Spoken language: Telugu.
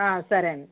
సరే అండి